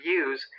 use